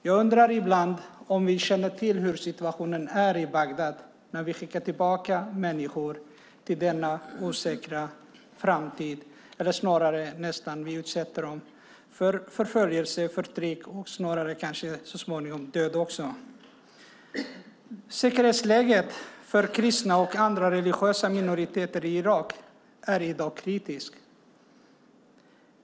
Jag undrar ibland om vi känner till hur situationen är i Bagdad när vi skickar tillbaka människor till denna osäkra framtid - eller vi utsätter dem snarare nästan för förföljelse, förtryck och kanske så småningom död. Säkerhetsläget för kristna och andra religiösa minoriteter i Irak är i dag kritiskt.